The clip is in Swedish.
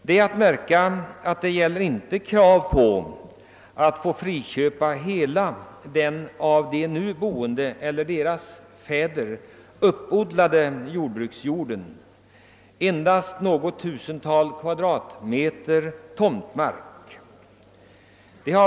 Det är att märka att de inte kräver att få friköpa hela det uppodlade jordbruksområdet utan endast något tusental kvadratmeter tomtmark.